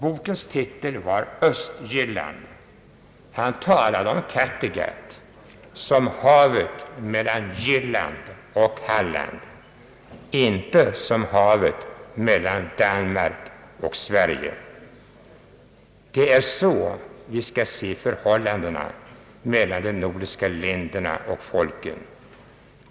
Bokens titel är Östjylland. Han talade om Kattegatt som havet mellan Jylland och Halland, inte som havet mellan Danmark och Sverige. Det är så vi skall se förhållandena mellan de nordiska länderna och folken.